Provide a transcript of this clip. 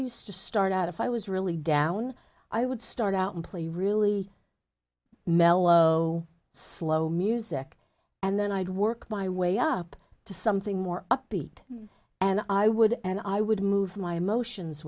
e to start out if i was really down i would start out and play really mellow slow music and then i'd work my way up to something more upbeat and i would and i would move my emotions